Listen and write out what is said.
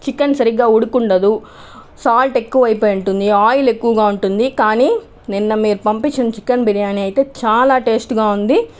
chicken సరిగ్గా ఉడికి ఉండదు సాల్ట్ ఎక్కువై పోయి ఉంటుంది ఆయిల్ ఎక్కువగా ఉంటుంది కానీ నిన్న మీరు పంపించిన చికెన్ బిర్యానీ అయితే చాలా టేస్ట్గా ఉంది